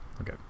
okay